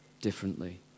differently